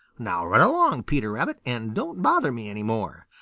now run along, peter rabbit, and don't bother me any more.